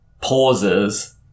pauses